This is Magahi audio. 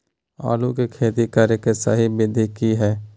आलू के खेती करें के सही विधि की हय?